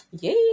Yay